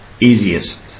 easiest